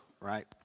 right